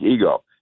ego